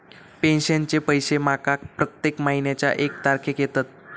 पेंशनचे पैशे माका प्रत्येक महिन्याच्या एक तारखेक येतत